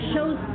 shows